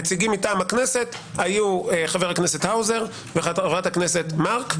הנציגים מטעם הכנסת היו חבר הכנסת האוזר וחברת הכנסת מארק,